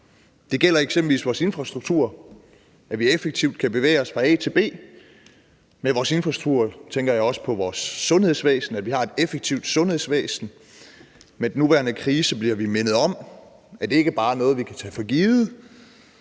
Det gælder eksempelvis vores infrastruktur – at vi effektivt kan bevæge os fra A til B. Foruden vores infrastruktur tænker jeg også på vores sundhedsvæsen – at vi har et effektivt sundhedsvæsen. Med den nuværende krise bliver vi mindet om, at det ikke bare er noget, vi kan tage for givet